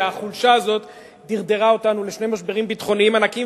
שהחולשה הזאת דרדרה אותנו לשני משברים ביטחוניים ענקיים,